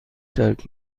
ترک